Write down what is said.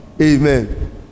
Amen